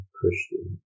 Christian